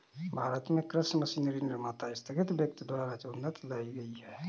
भारत में कृषि मशीनरी निर्माता स्थगित व्यक्ति द्वारा उन्नति लाई गई है